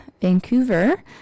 Vancouver